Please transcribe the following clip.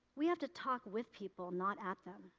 we have to talk with people, not at them.